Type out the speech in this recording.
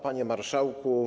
Panie Marszałku!